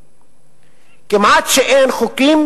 כמעט אין חוקים